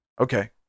Okay